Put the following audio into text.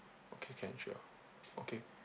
okay can sure okay